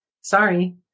Sorry